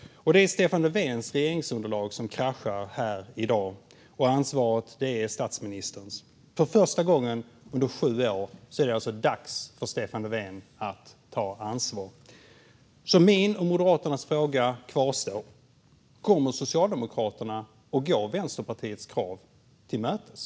Det är Stefan Löfvens regeringsunderlag som kraschar här i dag, och ansvaret är statsministerns. För första gången under sju år är det alltså dags för Stefan Löfven att ta ansvar. Min och Moderaternas fråga kvarstår: Kommer Socialdemokraterna att gå Vänsterpartiets krav till mötes?